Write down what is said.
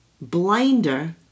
blinder